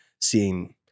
seeing